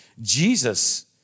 Jesus